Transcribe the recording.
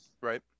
Right